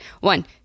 One